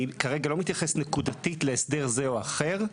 אני כרגע לא מתייחס נקודתית להסדר זה או אחר,